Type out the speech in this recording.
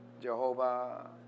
Jehovah